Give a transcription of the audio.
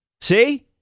See